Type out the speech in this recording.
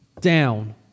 down